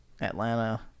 Atlanta